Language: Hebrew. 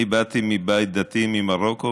אני באתי מבית דתי ממרוקו,